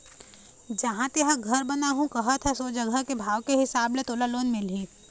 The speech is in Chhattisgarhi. जिहाँ तेंहा घर बनाहूँ कहत हस ओ जघा के भाव के हिसाब ले तोला लोन मिलही